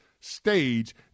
stage